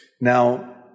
now